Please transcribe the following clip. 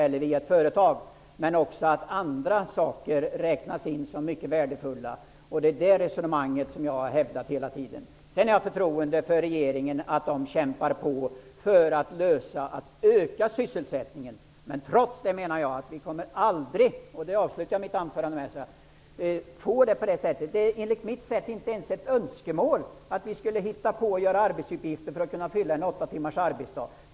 Men det finns också annat som räknas in och som är mycket värdefullt. Det är det resonemanget som jag hela tiden har hävdat. Sedan har jag förtroende för regeringen när det gäller kampen för att öka sysselsättningen. Vi kommer aldrig att uppnå målet arbete åt alla. Enligt mitt sätt att se är detta inte ens ett önskemål att man skulle försöka att hitta på arbetsuppgifter för att fylla en arbetsdag om åtta timmar.